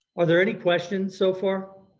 are there any questions so far?